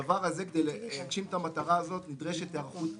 כדי להגשים את המטרה הזאת נדרשת היערכות תפעולית.